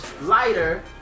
lighter